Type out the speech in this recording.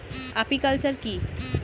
Apiculture কি?